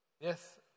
yes